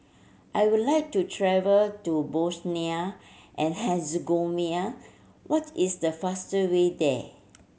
I would like to travel to Bosnia and Herzegovina what is the faster way there